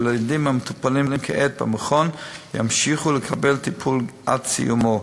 ילדים המטופלים כעת במכון ימשיכו לקבל את הטיפול עד סיומו.